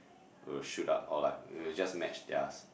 will shoot up or like will just match theirs